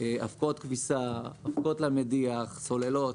אבקות כביסה, אבקות למדיח, סוללות,